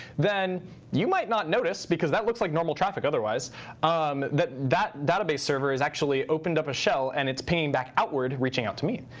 then you might not notice because that looks like normal traffic otherwise um that that database server is actually opened up a shell and it's paying back outward, reaching out to me.